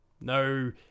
no